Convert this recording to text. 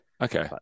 Okay